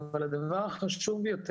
אבל הדבר החשוב יותר